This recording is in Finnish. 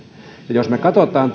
jos me katsomme